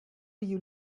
you